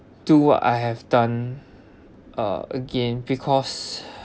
do what I have done uh again because